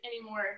anymore